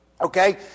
Okay